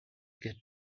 get